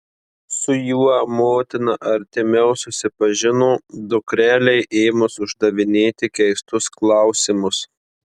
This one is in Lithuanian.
su juo motina artimiau susipažino dukrelei ėmus uždavinėti keistus klausimus